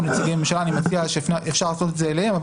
נציגי ממשלה אני מציע להפנות את זה אליהם,